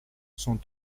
sont